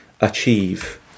achieve